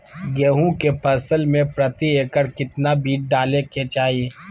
गेहूं के फसल में प्रति एकड़ कितना बीज डाले के चाहि?